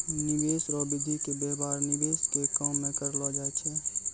निवेश रो विधि के व्यवहार निवेश के काम मे करलौ जाय छै